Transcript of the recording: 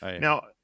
Now –